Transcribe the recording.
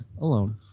Alone